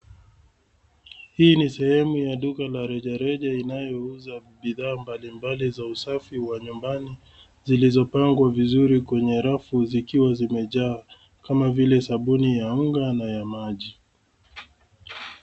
Hii ni sehemu ya duka la rejareja inayouza bidhaa mbalimbali za usafi wa nyumbani zilizopangwa vizuri kwenye rafu zikiwa zimejaa kama vile sabuni ya unga na ya maji.